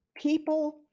People